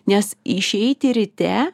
nes išeiti ryte